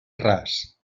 ras